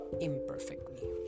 imperfectly